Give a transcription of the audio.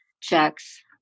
checks